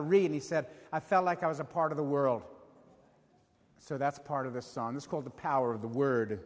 to read and he said i felt like i was a part of the world so that's part of the song is called the power of the word